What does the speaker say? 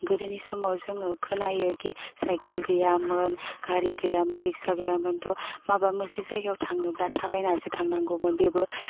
गोदोनि समाव जोङो खोनायोखि साइकेल गैयामोन गारि गैयामोन रिक्सा गैयामोन त' माबा मोनसे जायगायाव थांनोब्ला थाबायनासो थांनांगौमोन बेबो